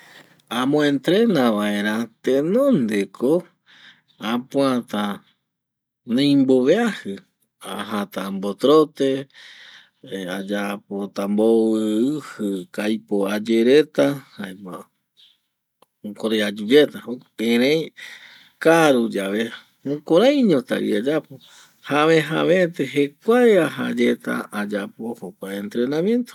Amo entrena vaera tenonde ko apuata neimbove ajɨ ajata ambo trote ayapota mbovɨ ɨjɨ ko aipo ayereta jaema jukurai ayu yeta erei karu yave jukuraiñota vi ayapo jave jave ete jekua aja yeta ayapo jokua entrenamiento